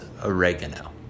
oregano